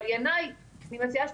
אבל, אני מציעה